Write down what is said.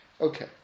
Okay